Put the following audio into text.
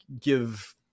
give